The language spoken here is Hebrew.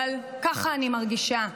אבל ככה אני מרגישה: